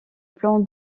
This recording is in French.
plan